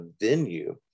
venue